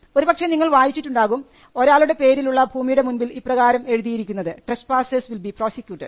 ഒരുപക്ഷേ നിങ്ങൾ വായിച്ചിട്ടുണ്ടാകും ഒരാളുടെ പേരിൽ ഉള്ള ഭൂമിയുടെ മുൻപിൽ ഇപ്രകാരം എഴുതിയിരിക്കുന്നത് ട്രസ്പാസേഴ്സ് വിൽ ബി പ്രോസിക്യൂട്ടഡ്